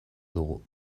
dugu